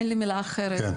אין לי מילה אחרת,